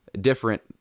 different